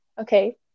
okay